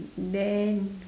then